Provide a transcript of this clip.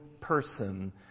person